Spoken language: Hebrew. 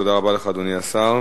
תודה רבה לך, אדוני השר.